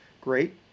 great